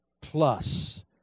plus